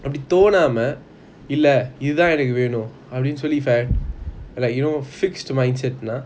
அப்பிடி தொன்மை இல்ல இது தான் என்னக்கு வேணும்:apidi thonama illa ithu thaan ennaku venum you know fixed mindset lah